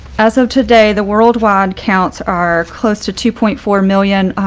as of today, the worldwide counts are close to two point four million,